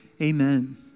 amen